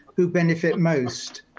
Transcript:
who benefit most.